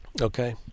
okay